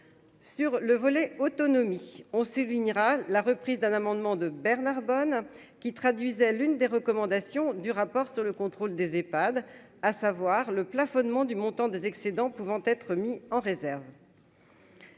sur le volet, autonomie, on s'illuminera la reprise d'un amendement de Bernard Bonne qui traduisait l'une des recommandations du rapport sur le contrôle des Epad, à savoir le plafonnement du montant des excédents pouvant être mis en réserve.